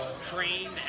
trained